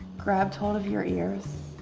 grabbed hold of your ears,